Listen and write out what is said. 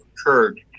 occurred